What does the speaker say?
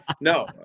no